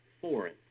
foreign